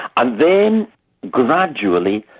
and then gradually,